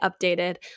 updated